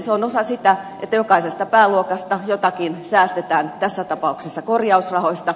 se on osa sitä että jokaisesta pääluokasta jotakin säästetään tässä tapauksessa korjausrahoista